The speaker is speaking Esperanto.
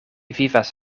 vivas